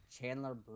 Chandler